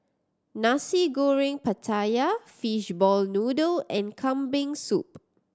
Nasi Goreng Pattaya Fishball Noodle and Kambing Soup